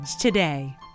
today